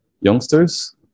youngsters